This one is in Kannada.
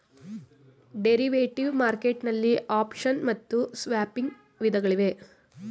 ಡೆರಿವೇಟಿವ್ ಮಾರ್ಕೆಟ್ ನಲ್ಲಿ ಆಪ್ಷನ್ ಮತ್ತು ಸ್ವಾಪಿಂಗ್ ವಿಧಗಳಿವೆ